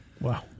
Wow